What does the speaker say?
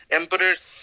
emperor's